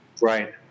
Right